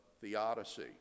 theodicy